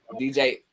DJ